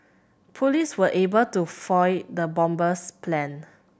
police were able to foil the bomber's plan